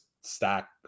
stack